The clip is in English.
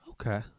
Okay